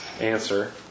Answer